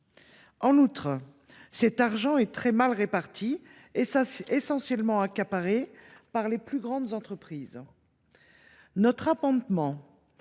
En outre, cet argent est très mal réparti et est essentiellement accaparé par les plus grandes entreprises. Notre amendement